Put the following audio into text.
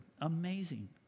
amazing